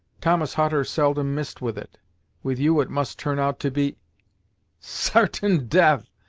thomas hutter seldom missed with it with you it must turn out to be sartain death!